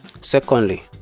Secondly